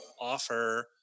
offer